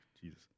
Jesus